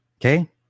Okay